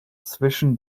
zwischen